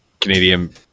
Canadian